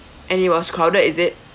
and it was crowded is it